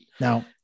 Now